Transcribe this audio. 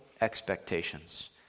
expectations